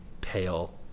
pale